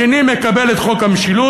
השני מקבל את חוק המשילות.